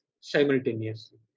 simultaneously